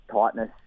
tightness